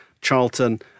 Charlton